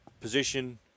position